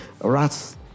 rats